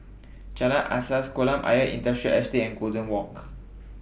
Jalan Asas Kolam Ayer Industrial Estate and Golden Walk